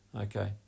okay